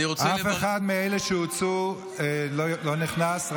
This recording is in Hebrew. אף אחד מאלה שהוצאו לא נכנס.